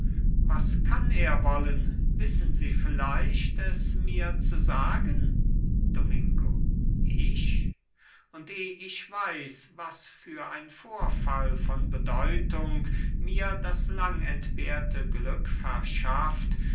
was kann er wollen wissen sie vielleicht es mir zu sagen domingo ich und eh ich weiß was für ein vorfall von bedeutung mir das lang entbehrte glück verschafft